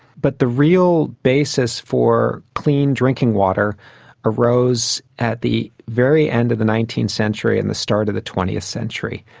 but the real basis for clean drinking water arose at the very end of the nineteenth century and the start of the twentieth century.